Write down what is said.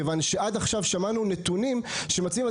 כיוון שעד עכשיו שמענו נתונים שמצביעים על